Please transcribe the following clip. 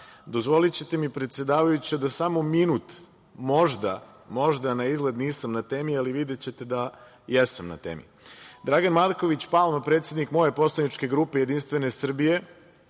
rada. Dozvolićete mi, predsedavajuća samo minut, možda naizgled nisam u temi, ali videćete da jesam u temi. Dragan Marković Palma, predsednik moje poslaničke grupe Jedinstvene Srbije,